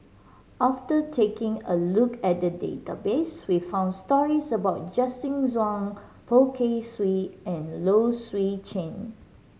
after taking a look at the database we found stories about Justin Zhuang Poh Kay Swee and Low Swee Chen